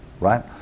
Right